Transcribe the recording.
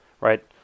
right